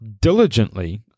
diligently